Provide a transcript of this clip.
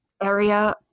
area